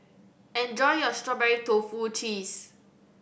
enjoy your strawberry tofu cheese